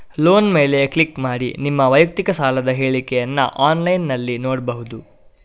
loan ಮೇಲೆ click ಮಾಡಿ ನಿಮ್ಮ ವೈಯಕ್ತಿಕ ಸಾಲದ ಹೇಳಿಕೆಯನ್ನ ಆನ್ಲೈನಿನಲ್ಲಿ ನೋಡ್ಬಹುದು